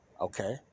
Okay